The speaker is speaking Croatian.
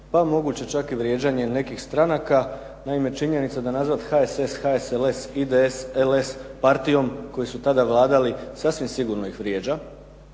pa moguće čak i vrijeđanje nekih stranaka. Naime, činjenica da nazvati HSS, HSLS, IDS, LS partijom koji su tada vladali sasvim sigurno ih vrijeđa